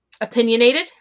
opinionated